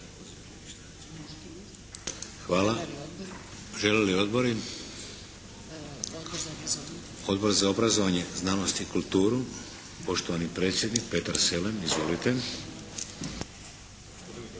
Hvala. Žele li odbori? Odbor za obrazovanje, znanost i kulturu. Poštovani predsjednik Petar Selem. Izvolite.